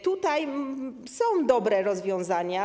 Tutaj są dobre rozwiązania.